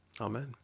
Amen